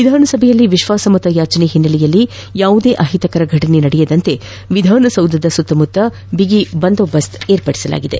ವಿಧಾನಸಭೆಯಲ್ಲಿ ವಿಶ್ವಾಸಮತ ಯಾಚನೆ ಹಿನ್ನೆಲೆಯಲ್ಲಿ ಯಾವುದೇ ಅಹಿತಕರ ಘಟನೆ ನಡೆಯದಂತೆ ವಿಧಾನಸೌಧದ ಸುತ್ತಮುತ್ತ ಭಾರಿ ಬಿಗಿ ಪೊಲೀಸ್ ಬಂದೋಬಸ್ತ್ ಕೈಗೊಳ್ಳಲಾಗಿದೆ